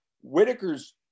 Whitaker's